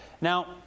Now